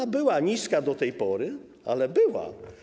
Ona była niska do tej pory, ale była.